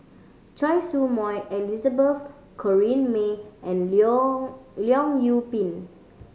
Choy Su Moi Elizabeth Corrinne May and Leong Leong Yoon Pin